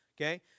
okay